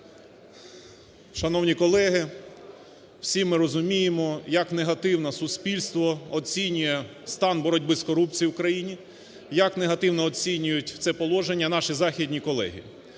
Шановні колеги! Всі ми розуміємо, як негативно суспільство оцінює стан боротьби з корупцією в Україні, як негативно оцінюють це положення наші західні колеги.